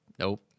Nope